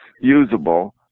usable